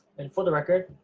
and for the record,